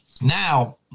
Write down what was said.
Now